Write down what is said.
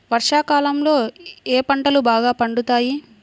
వర్షాకాలంలో ఏ పంటలు బాగా పండుతాయి?